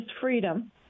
freedom